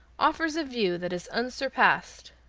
offers a view that is unsurpassed.